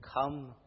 Come